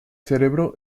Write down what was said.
cerebro